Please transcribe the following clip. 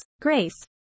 Grace